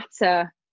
matter